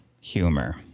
humor